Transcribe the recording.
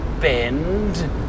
bend